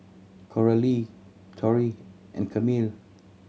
Coralie Tory and Camille